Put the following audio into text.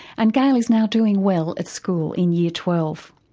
and gail is now doing well at school in year twelve.